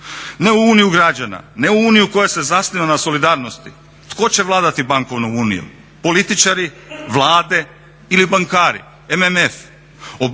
Ne u uniju građana, ne u uniju koja se zasniva na solidarnosti. Tko će vladati bankovnom unijom? Političari, vlade ili bankari, MMF?